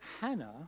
Hannah